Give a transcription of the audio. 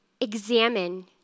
Examine